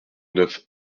neuf